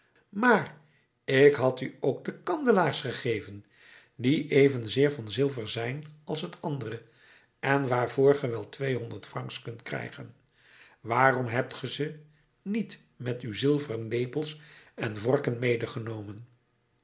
maar ik had u ook de kandelaars gegeven die evenzeer van zilver zijn als het andere en waarvoor ge wel tweehonderd francs kunt krijgen waarom hebt ge ze niet met uw zilveren lepels en vorken